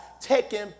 taking